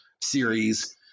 series